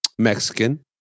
Mexican